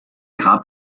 grab